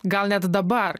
gal net dabar